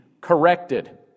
corrected